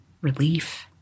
relief